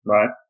Right